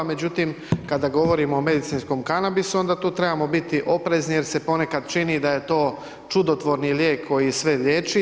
Međutim, kada govorimo o medicinskom kanabisu, onda tu trebamo biti oprezni jer se ponekad čini da je to čudotvorni lijek koji sve liječi.